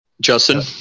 Justin